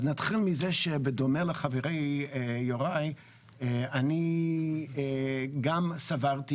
אז נתחיל מזה שבדומה לחברי יוראי אני גם סברתי